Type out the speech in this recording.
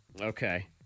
okay